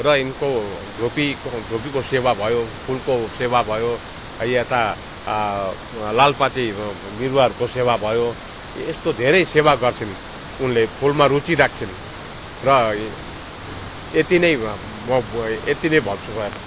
र यिनको धुप्पी धुप्पीको सेवा भयो फुलको सेवा भयो यता लालुपाते बिरुवाहरूको सेवा भयो यस्तो धेरै सेवा गर्छिन् उनले फुलमा रुचि रख्छिन् र यति नै भन्छु म अब